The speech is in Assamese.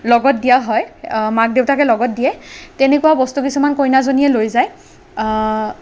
লগত দিয়া হয় মাক দেউতাকে লগত দিয়ে তেনেকুৱা বস্তু কিছুমান কইনাজনীয়ে লৈ যায়